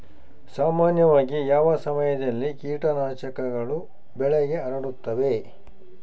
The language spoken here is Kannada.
ಸಾಮಾನ್ಯವಾಗಿ ಯಾವ ಸಮಯದಲ್ಲಿ ಕೇಟನಾಶಕಗಳು ಬೆಳೆಗೆ ಹರಡುತ್ತವೆ?